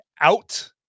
out